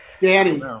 Danny